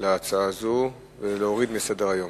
להצעה הזו, ומבקש להוריד מסדר-היום.